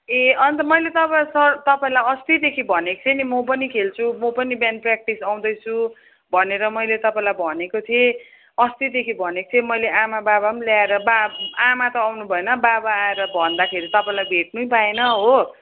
ए अन्त मैले तपाईँलाई सर तपाईँलाई अस्तिदेखि भनेको थिएँ नि म पनि खेल्छु म पनि बिहान प्र्याक्टिस आउँदैछु भनेर मैले तपाईँलाई भनेको थिएँ अस्तिदेखि भनेको थिएँ मैले आमा बाबा ल्याएर आमा त आउनु भएन बाबा आएर भन्दाखेरि तपाईँलाई भेट्नु पाएन हो